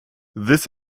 this